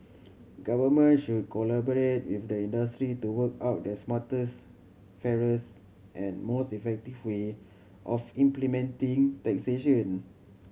governments should collaborate with the industry to work out the smartest fairest and most effective way of implementing taxation